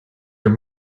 your